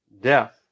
Death